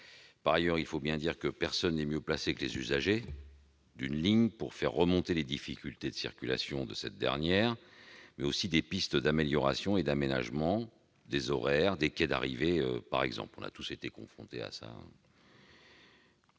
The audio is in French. Par ailleurs, il faut bien dire que personne n'est mieux placé que les usagers d'une ligne pour faire remonter les difficultés de circulation, mais aussi des pistes d'amélioration et d'aménagement des horaires ou des quais d'arrivée par exemple- nous avons tous été confrontés à ce